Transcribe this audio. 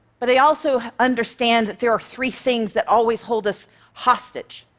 but i also understand that there are three things that always hold us hostage.